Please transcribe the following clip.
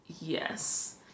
Yes